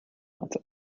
matter